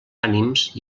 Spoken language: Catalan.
ànims